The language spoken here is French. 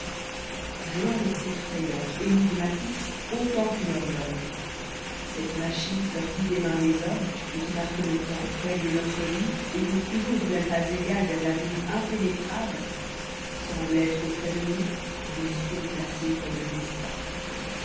rien n'est effrayant énigmatique autant qu'une horloge cette machine sortie des mains des hommes et qui marque le temps règle notre vie et court toujours du même pas égal vers l'avenir impénétrable semble être auprès de nous un espion placé comme le destin